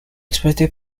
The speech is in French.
exploité